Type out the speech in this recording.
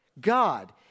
God